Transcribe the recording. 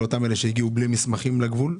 לאותם אלה שהגיעו בלי מסמכים לגבול?